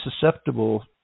susceptible